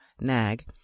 NAG